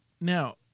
Now